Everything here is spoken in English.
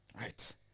right